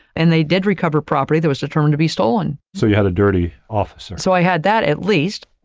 and they did recover property that was determined to be stolen. so, you had a dirty officer. so, i had that at least.